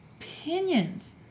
opinions